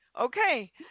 Okay